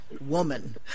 woman